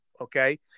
Okay